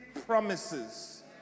promises